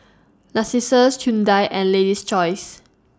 Narcissus Hyundai and Lady's Choice